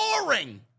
boring